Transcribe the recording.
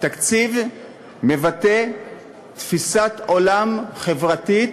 תקציב מבטא תפיסת עולם חברתית